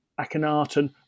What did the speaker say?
Akhenaten